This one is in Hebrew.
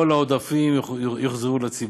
כל העודפים יוחזרו לציבור,